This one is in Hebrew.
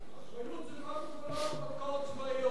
אחריות זה קודם כול לא הרפתקאות צבאיות.